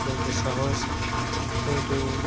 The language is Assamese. কিন্তু চাহৰ কিন্তু